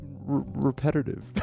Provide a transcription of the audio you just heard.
repetitive